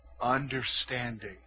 Understanding